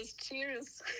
Cheers